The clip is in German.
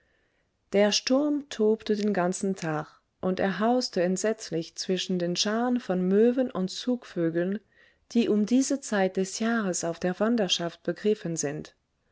der sturm tobte den ganzen tag und er hauste entsetzlich zwischen den scharen von möwen und zugvögeln die um diese zeit des jahres auf der wanderschaft begriffen sind